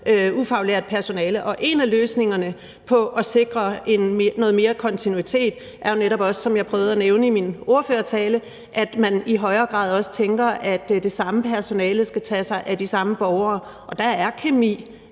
ufaglært personale. Og en af løsningerne på at sikre noget mere kontinuitet er jo netop også, som jeg prøvede at nævne i min ordførertale, at man i højere grad også tænker, at det samme personale skal tage sig af de samme borgere, og der er kemi